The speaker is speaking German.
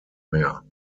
mehr